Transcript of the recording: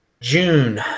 June